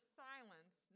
silence